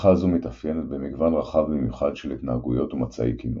משפחה זו מתאפיינת במגוון רחב במיוחד של התנהגויות ומצעי קינון.